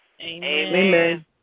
Amen